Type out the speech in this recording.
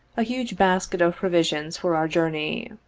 a huge basket of provisions for our jour ney.